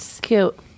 Cute